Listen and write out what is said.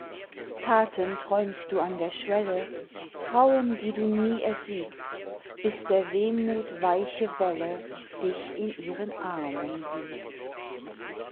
taten träumst du an der schwelle frauen die du nie ersiegt bis der wehmut weiche welle dich in ihren armen wiegt